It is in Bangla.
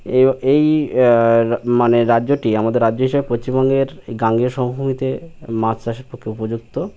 এই এই মানে রাজ্যটি আমাদের রাজ্য হিসাবে পশ্চিমবঙ্গের গাঙ্গের সমভূমিতে মাছ চাষের পক্ষে উপযুক্ত